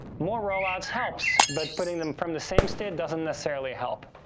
more rollouts helps, but putting them from the same state doesn't necessarily help.